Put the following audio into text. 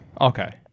okay